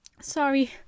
sorry